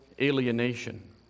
alienation